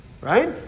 right